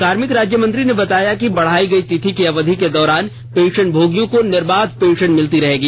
कार्मिक राज्यमंत्री ने बताया कि बढाई गई तिथि की अवधि के दौरान पेंशनभोगियों को निर्बाध पेंशन मिलती रहेगी